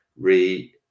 re